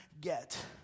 get